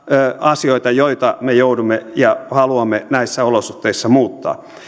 asioita joita me joudumme muuttamaan ja haluamme näissä olosuhteissa muuttaa